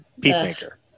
Peacemaker